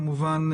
כמובן,